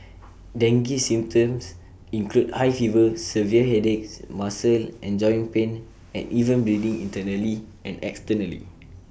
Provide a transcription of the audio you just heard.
dengue symptoms include high fever severe headaches muscle and joint pain and even bleeding internally and externally